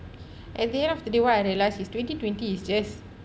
at the end of the day what I realize is twenty twenty is just